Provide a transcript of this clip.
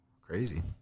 crazy